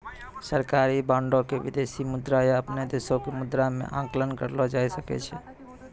सरकारी बांडो के विदेशी मुद्रा या अपनो देशो के मुद्रा मे आंकलन करलो जाय सकै छै